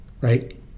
Right